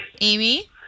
Amy